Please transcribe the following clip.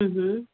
ہوں ہوں